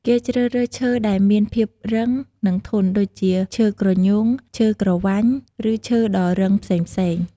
គេជ្រើសរើសឈើដែលមានភាពរឹង និងធន់ ដូចជា ឈើក្រញូង ឈើក្រវាញ ឬឈើដ៏រឹងផ្សេងៗ។